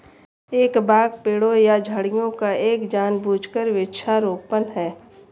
एक बाग पेड़ों या झाड़ियों का एक जानबूझकर वृक्षारोपण है